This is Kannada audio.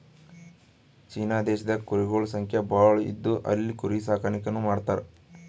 ಚೀನಾ ದೇಶದಾಗ್ ಕುರಿಗೊಳ್ ಸಂಖ್ಯಾ ಭಾಳ್ ಇದ್ದು ಅಲ್ಲಿ ಕುರಿ ಸಾಕಾಣಿಕೆನೂ ಮಾಡ್ತರ್